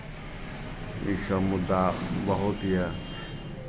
इसभ मुद्दा बहुत यए